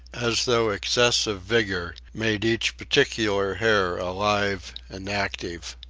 as though excess of vigor made each particular hair alive and active.